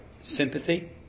sympathy